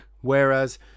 Whereas